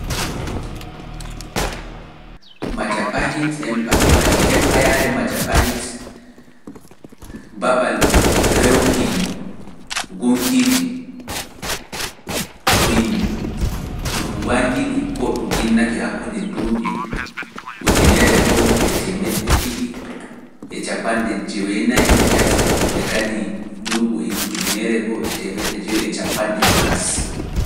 Majapahit, empayare Majapahit, Babal rewki gunkiiji ndu ɗum wanngini ko ɗum innake hakkunde duuɓi ujune e temedde didi e cappande jenayi (twelve ninety) e kadi duuɓi ujune e temedde didi e cappande jenayi e didi (twelve ninety two).